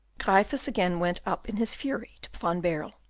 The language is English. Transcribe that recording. gryphus again went up in his fury to van baerle,